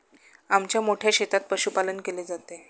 आमच्या मोठ्या शेतात पशुपालन केले जाते